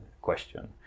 question